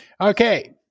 okay